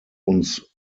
uns